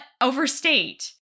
overstate